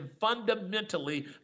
fundamentally